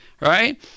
Right